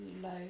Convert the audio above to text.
low